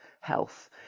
health